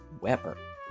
Weber